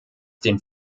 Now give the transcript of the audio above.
den